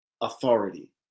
authority